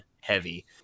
heavy